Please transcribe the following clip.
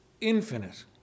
infinite